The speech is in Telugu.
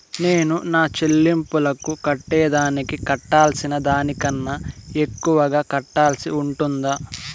నేను నా సెల్లింపులకు కట్టేదానికి కట్టాల్సిన దానికన్నా ఎక్కువగా కట్టాల్సి ఉంటుందా?